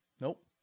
Nope